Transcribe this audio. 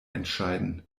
entscheiden